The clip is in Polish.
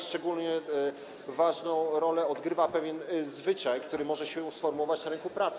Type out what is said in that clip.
Szczególnie ważną rolę odgrywa pewien zwyczaj, który może się sformułować na rynku pracy.